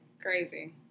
Crazy